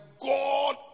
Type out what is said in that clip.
God